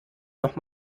noch